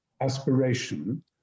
aspiration